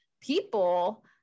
people